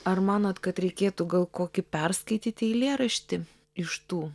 ar manot kad reikėtų gal kokį perskaityti eilėraštį iš tų